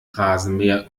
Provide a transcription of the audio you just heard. rasenmäher